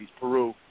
Peru